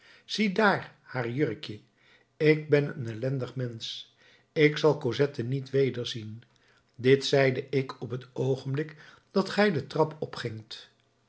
ziedaar haar jurkje ik ben een ellendig mensch ik zal cosette niet wederzien dit zeide ik op het oogenblik dat gij de trap opgingt